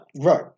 Right